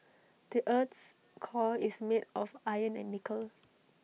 the Earth's core is made of iron and nickel